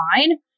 fine